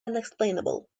unexplainable